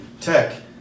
tech